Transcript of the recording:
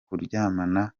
kuryamana